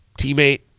teammate